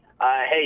hey